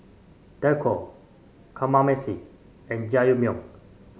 Dako Kamameshi and Jajangmyeon